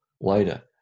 later